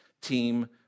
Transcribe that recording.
team